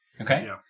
Okay